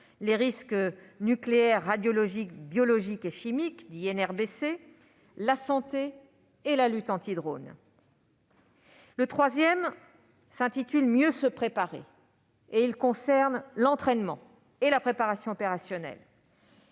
les risques nucléaires, radiologiques, biologiques et chimiques (NRBC), la santé et la lutte anti-drones. Troisième axe :« mieux se préparer », concerne l'entraînement et la préparation opérationnelle.